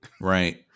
Right